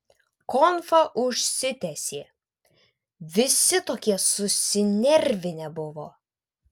konfa užsitęsė visi tokie susinervinę buvo